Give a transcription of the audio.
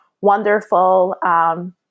wonderful